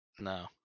no